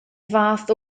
fath